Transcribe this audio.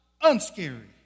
unscary